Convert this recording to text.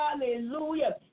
hallelujah